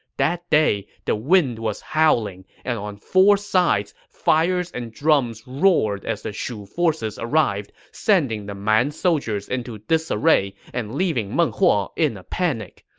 that day, the wind was howling, and on four sides, fires and drums roared as the shu forces arrived, sending the man soldiers into disarray and leaving meng huo in a panic.